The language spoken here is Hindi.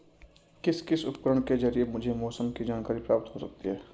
किस किस उपकरण के ज़रिए मुझे मौसम की जानकारी प्राप्त हो सकती है?